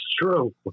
true